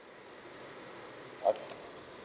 uh